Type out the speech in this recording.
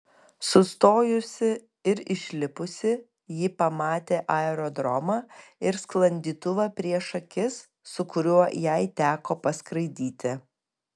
sustojusi ir išlipusi ji pamatė aerodromą ir sklandytuvą prieš akis su kuriuo jai teko paskraidyti